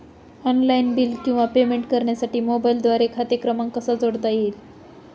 Online bill किंवा payment करण्यासाठी मोबाईलद्वारे खाते क्रमांक कसा जोडता येईल?